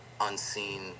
unseen